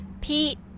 Pete